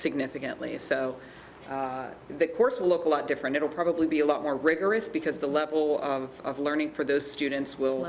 significantly so the big course will look a lot different it'll probably be a lot more rigorous because the level of learning for those students will